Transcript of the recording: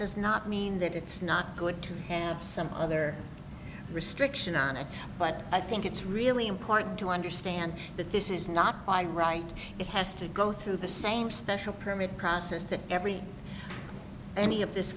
does not mean that it's not good to have some other restriction on it but i think it's really important to understand that this is not by right it has to go through the same special permit process that every any of this